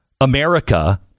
america